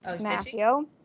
matthew